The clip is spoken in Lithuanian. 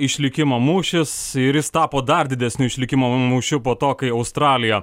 išlikimo mūšis ir jis tapo dar didesniu išlikimo mūšiu po to kai australija